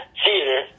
theater